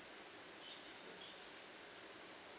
oh